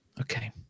okay